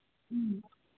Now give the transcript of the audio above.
ꯎꯝ